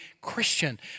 Christian